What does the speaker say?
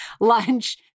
lunch